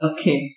Okay